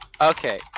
okay